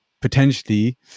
potentially